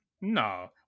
no